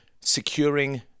securing